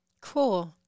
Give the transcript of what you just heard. Cool